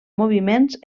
moviments